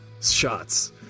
shots